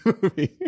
movie